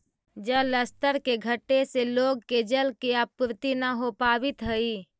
जलस्तर के घटे से लोग के जल के आपूर्ति न हो पावित हई